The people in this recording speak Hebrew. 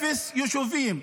אפס ישובים,